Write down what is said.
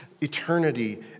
eternity